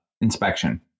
inspection